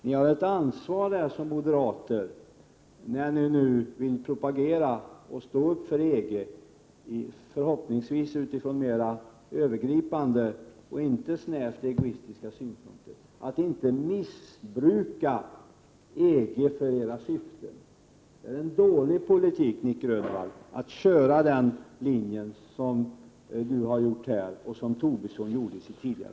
Moderaterna har ett ansvar när de propagerar och står upp för EG, förhoppningsvis utifrån mer övergripande och inte snävt egoistiska synpunkter, att inte missbruka EG för sina syften. Det är en dålig politik, Nic Grönvall, att driva den linje som han här har drivit och som Lars Tobisson tidigare drev i sitt anförande.